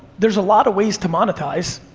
there's a lot of ways to monetize.